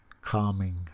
calming